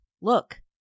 Look